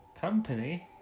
Company